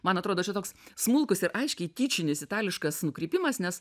man atrodo čia toks smulkus ir aiškiai tyčinis itališkas nukrypimas nes